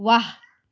वाह